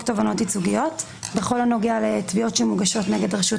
תובענות ייצוגיות בכל הנוגע לתביעות שמוגשות נגד רשות